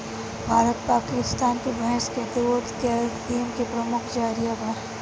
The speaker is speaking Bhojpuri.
भारत पकिस्तान मे भैंस के दूध कैल्सिअम के प्रमुख जरिआ बा